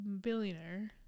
billionaire